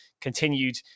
continued